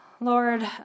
Lord